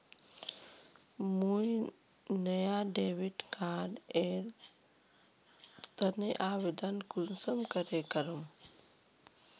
मुई नया debit card एर तने आवेदन कुंसम करे करूम?